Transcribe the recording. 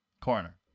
Coroner